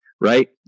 right